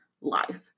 life